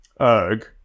erg